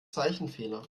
zeichenfehler